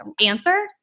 answer